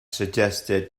suggested